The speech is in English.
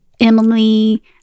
emily